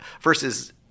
versus